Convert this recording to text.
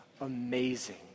amazing